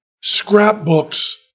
scrapbooks